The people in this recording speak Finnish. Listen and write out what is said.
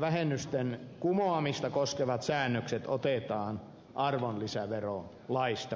vähennysten kumoamista koskevat säännökset otetaan arvonlisäverolaista pois